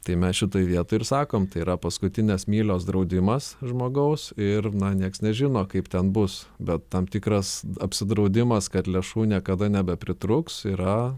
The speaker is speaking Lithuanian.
tai mes šitoj vietoj ir sakom tai yra paskutinės mylios draudimas žmogaus ir na nieks nežino kaip ten bus bet tam tikras apsidraudimas kad lėšų niekada nebepritrūks yra